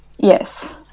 Yes